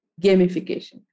gamification